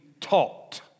taught